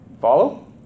Follow